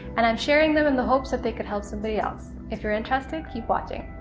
and i'm sharing them in the hopes that they could help somebody else. if you're interested keep watching.